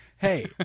Hey